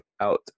out